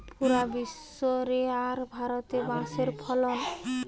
পুরা বিশ্ব রে আর ভারতে বাঁশের ফলন